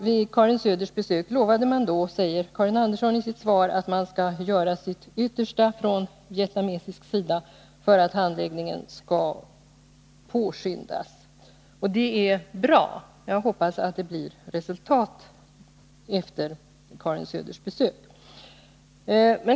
Vid Karin Söders besök lovade man från vietnamesisk sida, säger Karin Andersson i sitt svar, att göra sitt yttersta för att handläggningen skall påskyndas. Det är bra, och jag JCRpEs att det blir resultat efter Karin Söders besök.